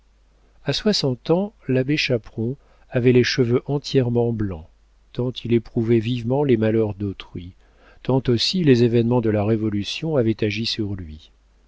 a soixante ans l'abbé chaperon avait les cheveux entièrement blancs tant il éprouvait vivement les malheurs d'autrui tant aussi les événements de la révolution avaient agi sur lui